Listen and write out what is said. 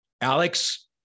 Alex